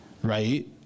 right